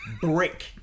Brick